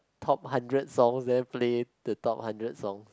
top hundred songs then play the top hundred songs